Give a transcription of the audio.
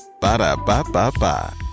Ba-da-ba-ba-ba